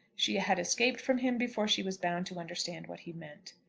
she had escaped from him before she was bound to understand what he meant.